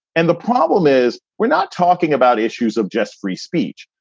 and the problem is we're not talking about issues of just free speech.